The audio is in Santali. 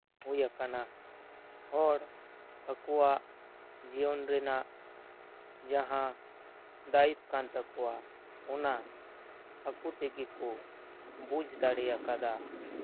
ᱦᱩᱭ ᱟᱠᱟᱱᱟ ᱦᱚᱲ ᱟᱠᱚᱣᱟᱜ ᱡᱤᱭᱚᱱ ᱨᱮᱭᱟᱜ ᱡᱟᱦᱟᱸ ᱫᱟᱭᱤᱛᱛᱚ ᱠᱟᱱ ᱛᱟᱠᱚᱣᱟ ᱚᱱᱟ ᱟᱠᱚ ᱛᱮᱜᱮ ᱠᱚ ᱵᱩᱡ ᱫᱟᱲᱮ ᱟᱠᱟᱫᱟ